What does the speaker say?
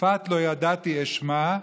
"שפת לא ידעתי אשמע",